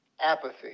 apathy